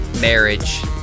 marriage